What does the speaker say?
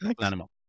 animal